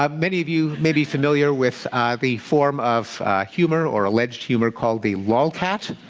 um many of you may be familiar with ah the form of humour or alleged humour called the lolcat,